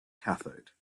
cathode